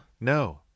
no